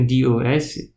DOS